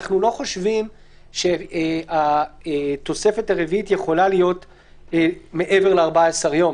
שאנחנו לא חושבים שהתוספת הרביעית יכולה להיות מעבר ל-14 ימים.